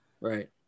Right